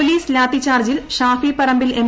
police lathi ചാർജിൽ Shafi Parambil M